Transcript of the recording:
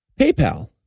PayPal